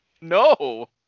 No